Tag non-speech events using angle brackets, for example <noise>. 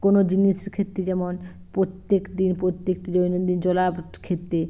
কোনো জিনিসের ক্ষেত্রে যেমন প্রত্যেক দিন প্রত্যেকটি দৈনন্দিন <unintelligible> ক্ষেত্রে